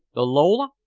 the lola?